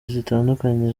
zitandukanye